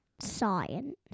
Science